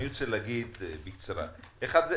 אני רוצה להגיד בקצרה, ראשית,